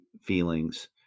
feelings